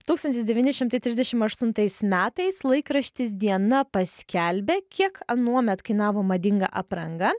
tūkstantis devyni šimtai trisdešimt aštuntais metais laikraštis diena paskelbė kiek anuomet kainavo madinga apranga